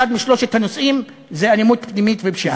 אחד משלושת הנושאים הוא אלימות פנימית ופשיעה.